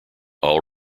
all